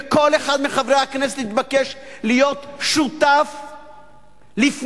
וכל אחד מחברי הכנסת יתבקש להיות שותף לפנייה